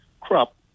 crop